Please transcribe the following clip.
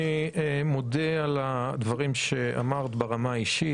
אני מודה על הדברים שאמרת ברמה האישית.